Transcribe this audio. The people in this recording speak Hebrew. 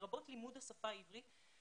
לרבות לימוד השפה העברית,